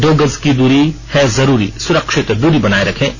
दो गज की दूरी है जरूरी सुरक्षित दूरी बनाए रखें